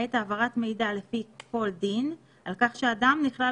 למעט העברת מידע לפי כל דין על כך שאדם נכלל